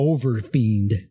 Overfiend